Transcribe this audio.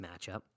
matchup